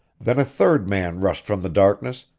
then a third man rushed from the darkness,